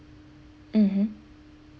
mmhmm